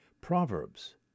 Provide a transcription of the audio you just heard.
Proverbs